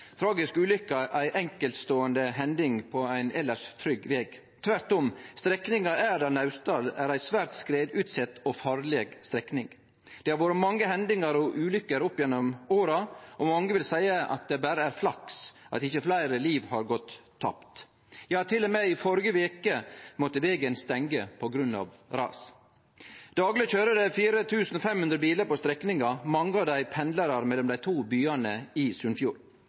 ei enkeltståande hending på ein elles trygg veg – tvert om. Strekninga Erdal–Naustdal er ei svært skredutsett og farleg strekning. Det har vore mange hendingar og ulykker opp gjennom åra, og mange vil seie at det berre er flaks at ikkje fleire liv har gått tapt. Ja, til og med i førre veke måtte vegen stengje på grunn av ras. Dagleg køyrer det 4 500 bilar på strekninga – mange av dei pendlarar mellom dei to byane i Sunnfjord.